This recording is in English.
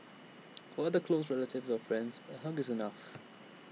for other close relatives or friends A hug is enough